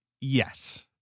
Yes